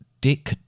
Dick